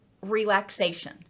relaxation